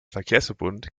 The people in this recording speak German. verkehrsverbund